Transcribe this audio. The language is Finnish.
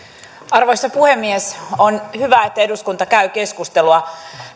arvoisa puhemies on hyvä että eduskunta käy keskustelua